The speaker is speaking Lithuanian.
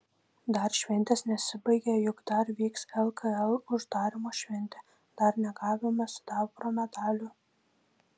dar šventės nesibaigė juk dar vyks lkl uždarymo šventė dar negavome sidabro medalių